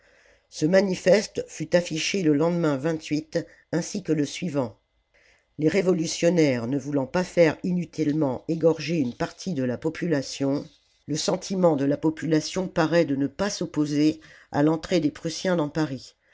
ce manifeste fut affiché le lendemain ainsi que le suivant les révolutionnaires ne voulant pas faire inutilement égorger une partie de la population le sentiment de la population paraît de ne pas s'opposer à l'entrée des prussiens dans paris